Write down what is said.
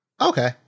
okay